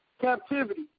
captivity